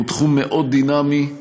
הוא תחום מאוד דינמי.